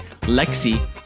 Lexi